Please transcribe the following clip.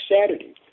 Saturday